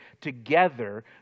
together